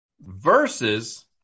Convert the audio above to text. Versus